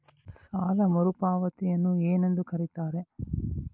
ಸಾಲ ಮರುಪಾವತಿಯನ್ನು ಏನೆಂದು ಕರೆಯುತ್ತಾರೆ?